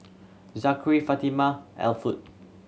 Zakary Fatima Elwood